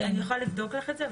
אני יכולה לבדוק לך את זה,